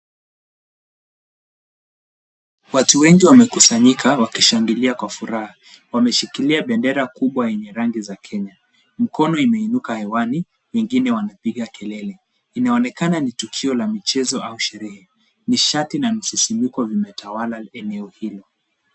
Watu wengi wamekusanyika wakishangilia kwa furaha. Wameshikilia bendera kubwa yenye rangi za Kenya. Mkono imeinuka hewani wengine wanapiga kelele. Inaonekana ni tukio la michezo au sherehe. Nishati na misisimko vimetawala eneo hilo